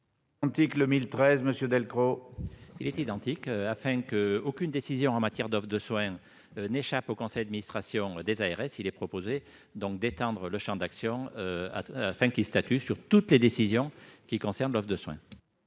n° 1013 rectifié. Afin qu'aucune décision en matière d'offres de soins n'échappe au conseil administration des ARS, il est proposé ici d'étendre le champ d'action de ce dernier, pour qu'il statue sur toutes les décisions concernant l'offre de soins.